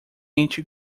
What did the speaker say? each